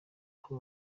aho